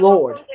Lord